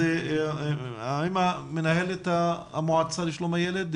אז מנהלת המועצה לשלום הילד,